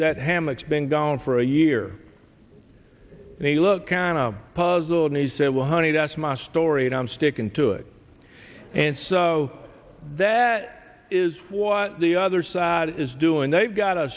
been gone for a year and a look can a puzzle and he said well honey that's my story and i'm stickin to it and so that is for the other side is doing they've got a